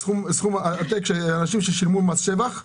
סכום עתק שאנשים שילמו מס שבח ביתר.